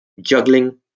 juggling